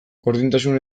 gordintasun